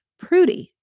prudy.